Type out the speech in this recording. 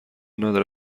نداره